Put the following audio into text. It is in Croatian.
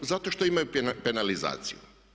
Zato što imaju penalizaciju.